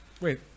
Wait